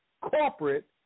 corporate